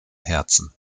herzen